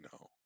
no